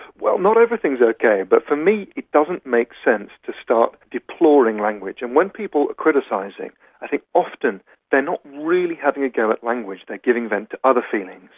well, not everything is okay, but for me it doesn't make sense to start deploring language. and when people are criticising i think often they are not really having a go at language, they are giving vent to other feelings.